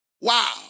Wow